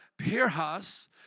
Pirhas